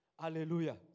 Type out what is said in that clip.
Hallelujah